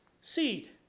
seed